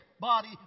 body